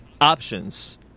Options